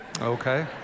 Okay